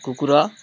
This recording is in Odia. କୁକୁର